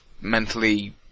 mentally